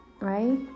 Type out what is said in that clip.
Right